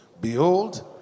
Behold